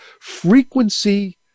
frequency